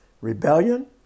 rebellion